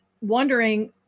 wondering